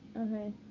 Okay